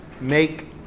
make